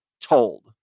told